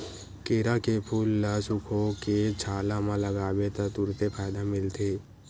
केरा के फूल ल सुखोके छाला म लगाबे त तुरते फायदा मिलथे